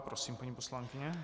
Prosím, paní poslankyně.